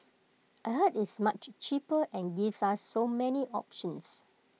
I heard it's much cheaper and gives us so many options